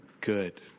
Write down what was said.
good